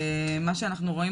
להוציא ולשפוך את